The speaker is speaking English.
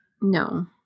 No